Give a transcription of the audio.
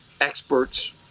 experts